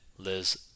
Liz